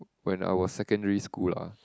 when I was secondary school lah